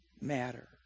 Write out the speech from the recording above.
matter